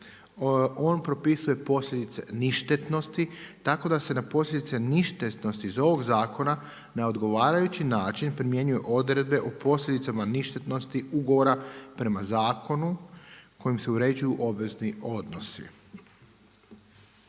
On propisuje posljedice ništetnosti tako da se na posljedice ništetnosti iz ovog zakona na odgovarajući način primjenjuju odredbe o posljedicama ništetnosti ugovora prema zakonu kojim se uređuju obvezni odnosi.